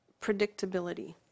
predictability